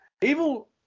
Evil